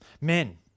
Men